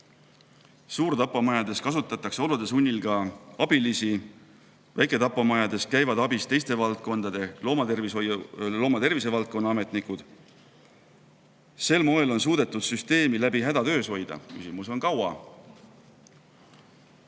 Suurtapamajades kasutatakse olude sunnil ka abilisi, väiketapamajades käivad abis teiste valdkondade, näiteks loomatervise valdkonna ametnikud. Sel moel on suudetud süsteemi läbi häda töös hoida. Küsimus on, kui